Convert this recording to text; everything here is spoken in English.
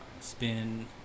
Spin